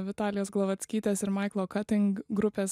vitalės glovackytės ir maiklo kating grupės